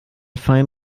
fein